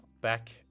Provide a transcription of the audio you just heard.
back